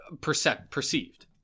perceived